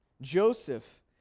Joseph